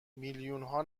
میلیونها